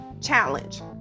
challenge